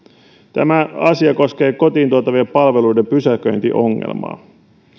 tämä asia koskee kotiin tuotavien palveluiden pysäköintiongelmaa